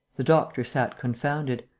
the doctor sat confounded.